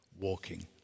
walking